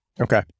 Okay